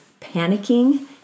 panicking